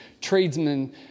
tradesmen